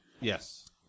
Yes